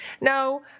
no